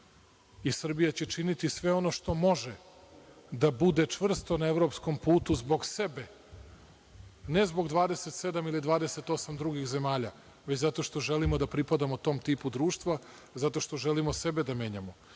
i Srbija će činiti sve ono što može da bude čvrsto na evropskom putu zbog sebe, ne zbog 27 ili 28 drugih zemalja, već zato što želimo da pripadamo tom tipu društva, zato što želimo sebe da menjamo. Ja